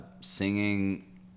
singing